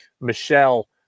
Michelle